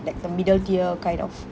like the middle tier kind of